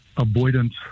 Avoidance